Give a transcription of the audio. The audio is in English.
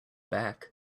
back